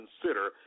consider